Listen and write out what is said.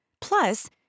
Plus